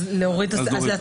אז נצביע בלי הסעיפים האלה?